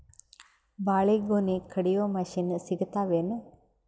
ಬಾಳಿಗೊನಿ ಕಡಿಯು ಮಷಿನ್ ಸಿಗತವೇನು?